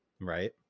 Right